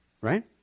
right